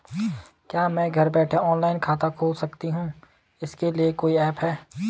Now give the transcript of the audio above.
क्या मैं घर बैठे ऑनलाइन खाता खोल सकती हूँ इसके लिए कोई ऐप है?